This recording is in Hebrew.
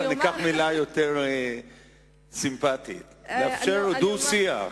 ניקח מלה סימפתית יותר, לאפשר דו-שיח,